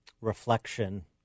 reflection